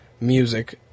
music